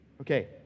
okay